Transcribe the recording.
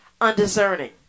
undiscerning